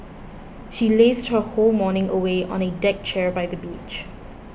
she lazed her whole morning away on a deck chair by the beach